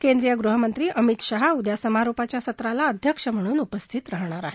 केंद्रीय गृहमंत्री अमित शहा उद्या समारोपाच्या सत्राला अध्यक्ष म्हणून उपस्थित राहणार आहेत